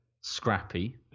Scrappy